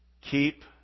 keep